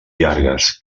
llargues